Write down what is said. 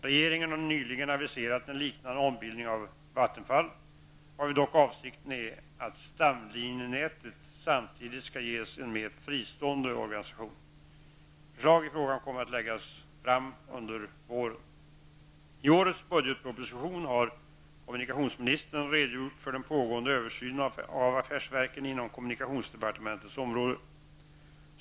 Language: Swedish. Regeringen har nyligen aviserat en liknande ombildning av Vattenfall, varvid dock avsikten är att stamlinjenätet samtidigt skall ges en mer fristående organisation . Förslag i frågan kommer att läggas fram under våren. har kommunikationsministern redogjort för den pågående översynen av affärsverken inom kommunikationsdepartementets område.